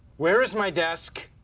where is my desk?